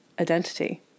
identity